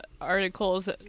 articles